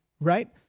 right